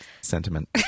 sentiment